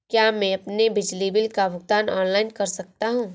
क्या मैं अपने बिजली बिल का भुगतान ऑनलाइन कर सकता हूँ?